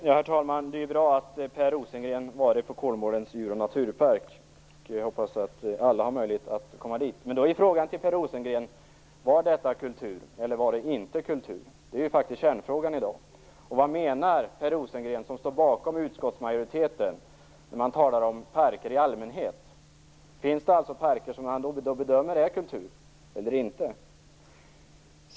Herr talman! Det är bra att Per Rosengren har varit i Kolmårdens djur och naturpark. Jag hoppas att alla har möjlighet att komma dit. Men då är frågan till Per Rosengren: Var det kultur eller inte kultur? Detta är ju faktiskt kärnfrågan i dag. Vad menar Per Rosengren, som står bakom utskottsmajoriteten, när han talar om parker i allmänhet? Finns det alltså parker som han bedömer är kultur respektive inte kultur?